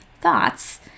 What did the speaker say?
thoughts